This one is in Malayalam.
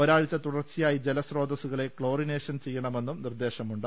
ഒരാഴ്ച തുടർച്ചയായി ജല സൃതോസ്സുകളെ ക്ലോറിനേഷൻ ചെയ്യണമെന്നും നിർദേശമുണ്ട്